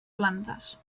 plantes